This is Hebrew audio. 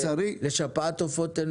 לשפעת עופות אין?